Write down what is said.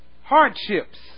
hardships